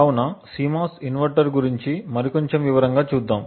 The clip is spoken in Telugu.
కావున CMOS ఇన్వర్టర్ గురించి మరి కొంచెం వివరంగా చూద్దాం